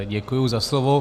Děkuji za slovo.